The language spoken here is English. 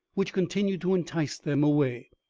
which continued to entice them away.